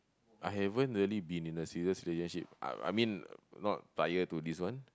I haven't really been in a serious relationship I I mean not prior to this one